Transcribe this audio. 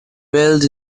whirled